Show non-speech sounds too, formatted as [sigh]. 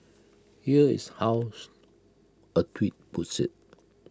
here is how [unintelligible] A tweet puts IT